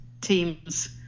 teams